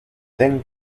ten